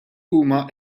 huma